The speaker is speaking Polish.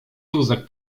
wózek